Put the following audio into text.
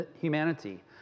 humanity